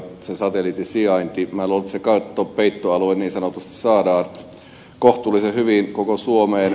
minä luulen että katto tai peittoalue saadaan kohtuullisen hyvin koko suomeen